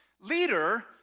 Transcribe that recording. leader